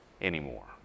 anymore